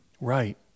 Right